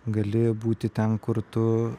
gali būti ten kur tu